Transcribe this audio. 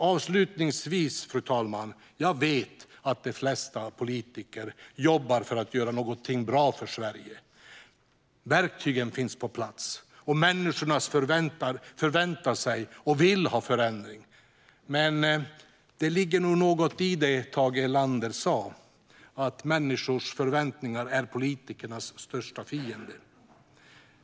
Avslutningsvis, fru talman, vet jag att de flesta politiker jobbar för att göra något bra för Sverige. Verktygen finns på plats, och människor förväntar sig och vill ha förändring. Men det ligger nog något i det som Tage Erlander sa, att människors förväntningar är politikernas största fiende.